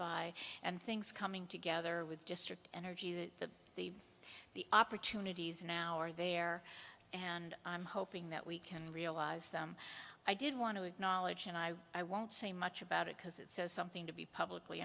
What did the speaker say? by and things coming together with district energy the the the opportunities now are there and i'm hoping that we can realize them i did want to acknowledge and i won't say much about it because it says something to be publicly